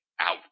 out